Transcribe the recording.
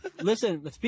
Listen